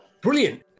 Brilliant